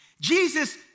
Jesus